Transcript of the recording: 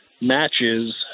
matches